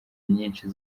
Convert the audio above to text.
nyinshi